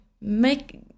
make